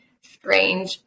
strange